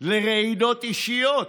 לרעידות אישיות.